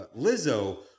Lizzo